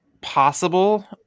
possible